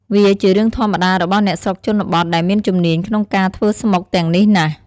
វាជារឿងធម្មតារបស់អ្នកស្រុកជនបទដែលមានជំនាញក្នុងការធ្វើស្មុកទាំងនេះណាស់។